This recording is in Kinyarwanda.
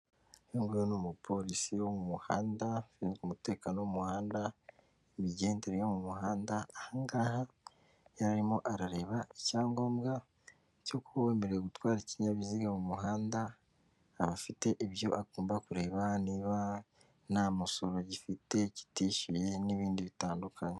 Uyu nguyu ni umupolisi wo mu muhanda ushinzwe umutekano wo mu muhanda, imigendere yo mu muhanda, aha ngaha yari arimo arareba icyangombwa cyo kuba wemerewe gutwara ikinyabiziga mu muhanda, aba afite ibyo agomba kureba, niba nta musoro gifite, kitishyuriye n'ibindi bitandukanye.